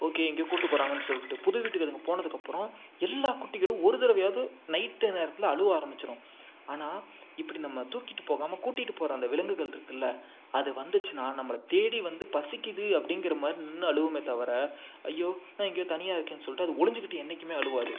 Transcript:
okay எங்கேயோ கூட்டு போகிறாங்கன்னு சொல்லிட்டு புது வீட்டுக்கு அதுங்க போனதுக்கப்புறோம் எல்லா குட்டிகளும் ஒரு தடவயாது நைட்டு நேரத்தில் அழுவ ஆரம்பிச்சிரும் ஆனால் இப்படி நம்ம தூக்கிட்டு போகாமல் கூட்டிகிட்டு போகிற அந்த விலங்குகள்ருக்குல்ல அது வந்துச்சுன்னா நம்மளை தேடி வந்து பசிக்கிது அப்படிங்கிற மாதிரி நின்று அழுவுமே தவிர ஐயோ நான் எங்கேயோ தனியாக இருக்கேன்னு சொல்லிட்டு அது ஒளிஞ்சிகிட்டு என்றைக்குமே அழுகாது